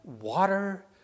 water